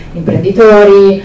imprenditori